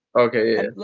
okay.